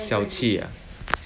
小气 ah